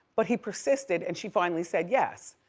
but he persisted and she finally said yes.